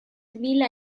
mila